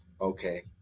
okay